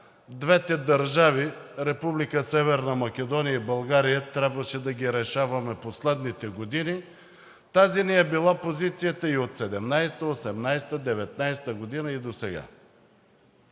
Северна Македония и България, трябваше да ги решаваме последните години. Тази ни е била позицията и от 2017-а, 2018-а, 2019 г. и досега.